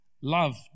love